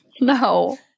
No